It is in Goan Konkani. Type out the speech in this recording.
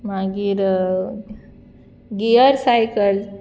मागीर गियर सायकल